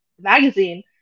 magazine